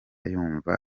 yumva